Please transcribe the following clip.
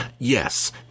Yes